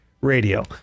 radio